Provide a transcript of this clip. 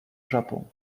japon